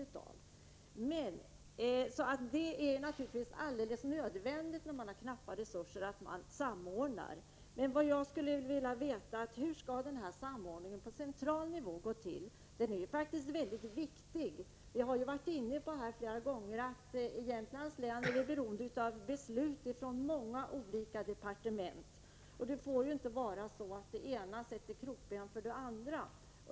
När man har knappa resurser är det naturligtvis alldeles nödvändigt att man samordnar. Men vad jag skulle vilja veta är hur den här samordningen på central nivå skall gå till. Den är faktiskt mycket viktig. Vi har flera gånger sagt att vi i Jämtlands län är beroende av beslut från många olika departement. Det får ju inte vara så, att det ena sätter krokben för det andra.